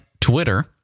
Twitter